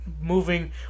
moving